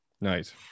Nice